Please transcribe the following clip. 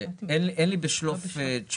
אין לי תשובה בשליפה.